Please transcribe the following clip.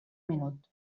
minut